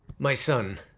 my son,